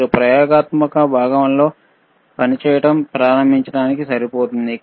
మీరు ప్రయోగాత్మక భాగంలో పనిచేయడం ప్రారంభించడానికి సరిపోతుంది